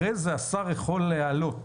אחרי כן השר יכול לעלות.